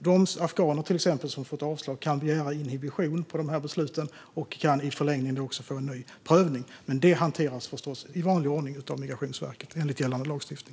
Till exempel kan de afghaner som fått avslag begära inhibition av besluten och i förlängningen få ny prövning, men det hanteras förstås i vanlig ordning av Migrationsverket enligt gällande lagstiftning.